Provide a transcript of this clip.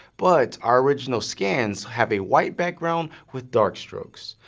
but our original scans have a white background with dark strokes.